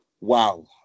wow